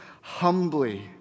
humbly